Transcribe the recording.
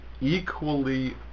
equally